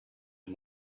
had